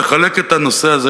לחלק את הנושא הזה,